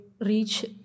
reach